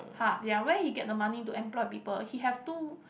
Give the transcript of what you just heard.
hard ya where he get the money to employ people he have two